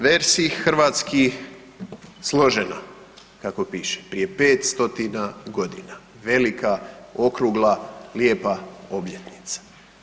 Versi hrvatski složena, kako piše, prije 5 stotina godina, velika, okrugla, lijepa obljetnica.